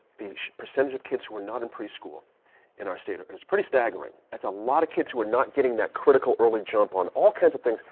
the percentage of kids who are not in preschool in our state is pretty staggering. that's a lot of kids who are not getting that critical early jump on all kinds of things.